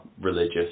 religious